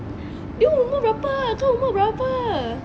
dia umur berapa kau umur berapa